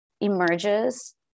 emerges